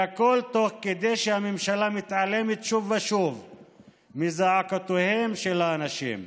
והכול תוך כדי שהממשלה מתעלמת שוב ושוב מזעקותיהם של האנשים.